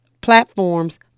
platforms